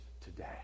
today